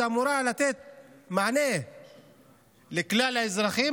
שאמורה לתת מענה לכלל האזרחים,